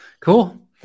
cool